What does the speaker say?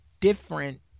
different